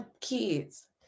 kids